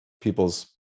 people's